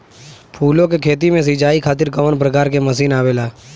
फूलो के खेती में सीचाई खातीर कवन प्रकार के मशीन आवेला?